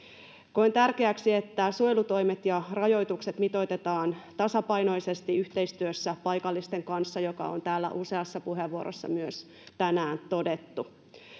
koen tärkeäksi että suojelutoimet ja rajoitukset mitoitetaan tasapainoisesti yhteistyössä paikallisten kanssa mikä on myös täällä tänään useassa puheenvuorossa todettu